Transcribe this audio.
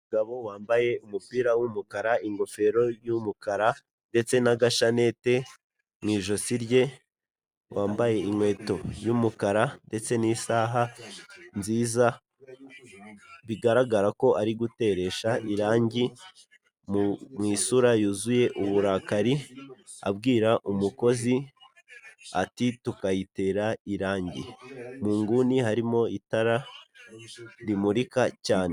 Umugabo wambaye umupira w'umukara, ingofero y'umukara ndetse n'agashanete mu ijosi rye, wambaye inkweto y'umukara ndetse n'isaha nziza, bigaragara ko ari guteresha irangi mu isura yuzuye uburakari abwira umukozi ati; "tukayitera irangi." Mu nguni harimo itara rimurika cyane.